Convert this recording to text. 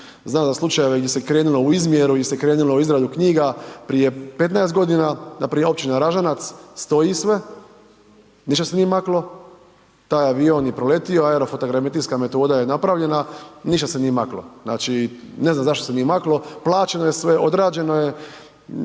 znam za slučajeve gdje se krenulo u izmjeru, gdje se krenulo u izradu knjiga prije 15 godina npr. općina Ražanac, stoji sve, ništa se nije maklo, taj avion je proletio, aerofotogrametrijska metoda je napravljena, ništa se nije maklo. Znači, ne znam zašto se nije maklo, plaćeno je sve, odrađeno je eto pa da